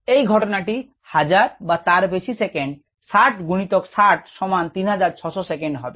এই ঘটনাটি হাজার বা তার বেশি সেকেন্ড 60 গুনিতক 60 সমান 3600 সেকেন্ড হবে